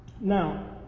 Now